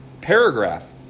paragraph